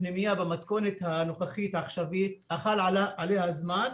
הפנימייה במתכונת הנוכחית, העכשווית, חל עליה זמן,